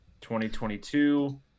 2022